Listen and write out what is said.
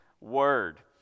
word